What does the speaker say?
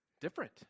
different